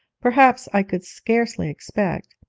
perhaps, i could scarcely expect.